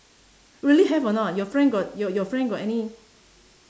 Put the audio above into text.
really have or not your friend got your your friend got any